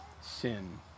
sin